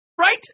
Right